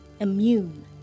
immune